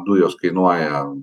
dujos kainuoja